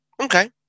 Okay